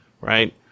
right